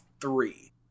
three